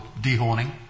dehorning